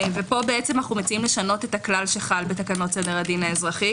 פה אנחנו מציעים לשנות את הכלל שחל בתקנות סדר הדין האזרחי.